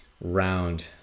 round